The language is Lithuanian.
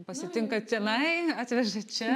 pasitinka tenai atveža čia